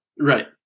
right